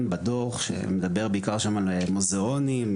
בדוח שמדבר בעיקר שם על מוזיאונים,